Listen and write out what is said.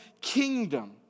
kingdom